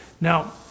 Now